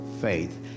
faith